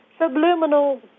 subliminal